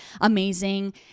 amazing